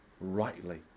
rightly